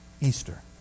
Easter